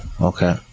Okay